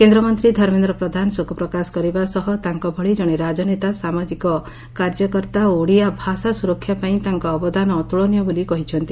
କେନ୍ଦ୍ରମନ୍ତୀ ଧର୍ମେନ୍ଦ୍ର ପ୍ରଧାନ ଶୋକପ୍ରକାଶ କରିବା ସହ ତାଙ୍କ ଭଳି ଜଣେ ରାଜନେତା ସାମାଜିକ କାର୍ଯ୍ୟକର୍ତ୍ରା ଓ ଓଡ଼ିଆ ଭାଷା ସୁରକ୍ଷା ପାଇଁ ତାଙ୍କ ଅବଦାନ ଅତୁଳନୀୟ ବୋଲି କହିଛନ୍ତି